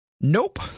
Nope